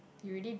you already